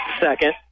second